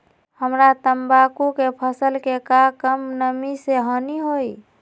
हमरा तंबाकू के फसल के का कम नमी से हानि होई?